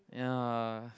ya